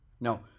no